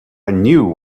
knew